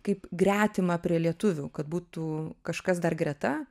kaip gretimą prie lietuvių kad būtų kažkas dar greta